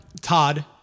Todd